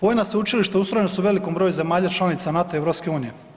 Vojna sveučilišta ustrojena su u velikom broju zemalja članica NATO i EU.